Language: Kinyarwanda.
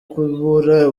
kubura